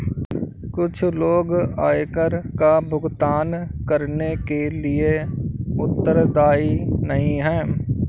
कुछ लोग आयकर का भुगतान करने के लिए उत्तरदायी नहीं हैं